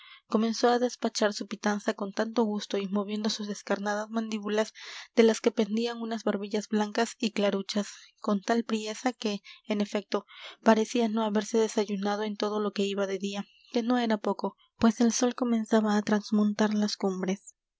comenzó á despachar su pitanza con tanto gusto y moviendo sus descarnadas mandíbulas de las que pendían unas barbillas blancas y claruchas con tal priesa que en efecto parecía no haberse desayunado en todo lo que iba de día que no era poco pues el sol comenzaba á trasmontar las cumbres